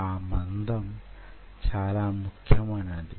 ఆ మందం చాలా ముఖ్యమైంది